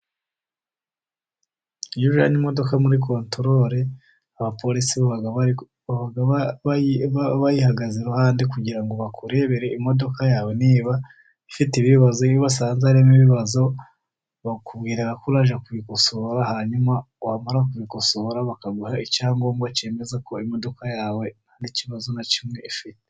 Iyo ujyanye imodoka muri kontorore, abapolisi baba bayihagaze iruhande kugira ngo bakurebere, imodoka yawe niba ifite ibibazo, iyo basanze harimo ibibazo bakubwira ko urajya kubikosora, hanyuma wamara kubikosora, bakaguha icyangombwa cyemeza ko imodoka yawe nta kibazo na kimwe ifite.